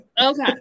Okay